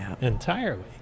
entirely